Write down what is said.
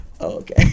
okay